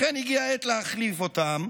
לכן, הגיעה העת להחליף אותם,